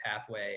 pathway